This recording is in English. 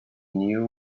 knew